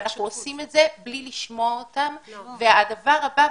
אנחנו עושים את זה בלי לשמוע אותם והדבר הבא,